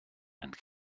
and